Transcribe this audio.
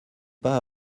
pas